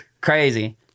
Crazy